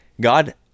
God